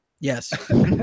Yes